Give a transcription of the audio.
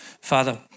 Father